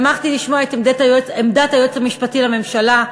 שמחתי לשמוע את עמדת היועץ המשפטי לממשלה,